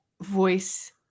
voice